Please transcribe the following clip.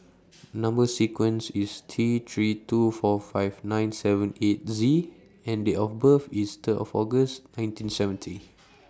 Number sequence IS T three two four five nine seven eight Z and Date of birth IS Third of August nineteen seventy